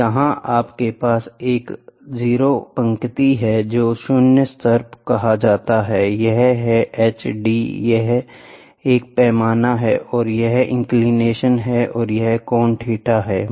तो यहाँ आपके पास एक 0 पंक्ति है इसे शून्य स्तर कहा जाता है यह है h d यह एक पैमाना है और यह इंक्लिनेशन है और यह कोण θ है